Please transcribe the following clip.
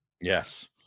Yes